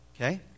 Okay